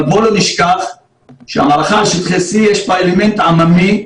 אבל בואו לא נשכח שהמערכה על שטחי C יש בה אלמנט עממי ספונטני,